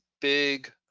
big